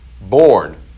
born